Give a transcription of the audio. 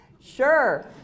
Sure